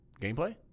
Gameplay